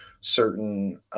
certain